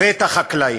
ואת החקלאים.